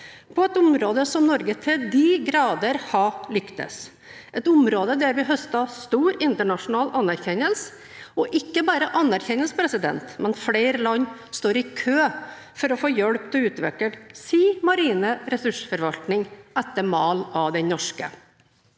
på et område der Norge til de grader har lyktes, på et område der vi høster stor internasjonal anerkjennelse – og ikke bare anerkjennelse: Flere land står i kø for å få hjelp til å utvikle sin marine ressursforvaltning etter mal av den norske.